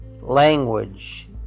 language